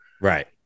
Right